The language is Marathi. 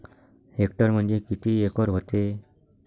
हेक्टर म्हणजे किती एकर व्हते?